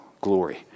glory